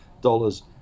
dollars